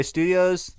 Studios